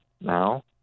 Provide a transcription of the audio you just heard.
now